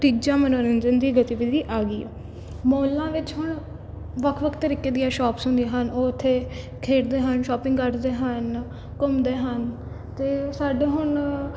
ਤੀਜਾ ਮਨੋਰੰਜਨ ਦੀ ਗਤੀਵਿਧੀ ਆ ਗਈ ਹੈ ਮੌਲਾਂ ਵਿੱਚ ਹੁਣ ਵੱਖ ਵੱਖ ਤਰੀਕੇ ਦੀਆਂ ਸ਼ੋਪਸ ਹੁੰਦੀਆਂ ਹਨ ਉਹ ਉੱਥੇ ਖੇਡਦੇ ਹਨ ਸ਼ੋਪਿੰਗ ਕਰਦੇ ਹਨ ਘੁੰਮਦੇ ਹਨ ਅਤੇ ਸਾਡੇ ਹੁਣ